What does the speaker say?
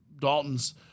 Dalton's